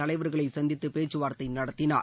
தலைவர்களை சந்தித்து பேச்சுவார்த்தை நடத்தினார்